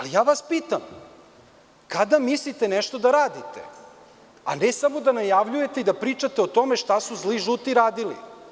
Pitam vas, kada mislite nešto da radite, a ne samo da najavljujete i da pričate o tome šta su zli „žuti“ radili.